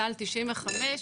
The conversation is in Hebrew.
תת"ל 95,